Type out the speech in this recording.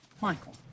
Michael